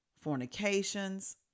fornications